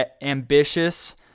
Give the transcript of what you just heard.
ambitious